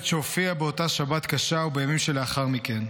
שהופיעה באותה שבת קשה ובימים שלאחר מכן.